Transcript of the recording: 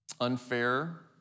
unfair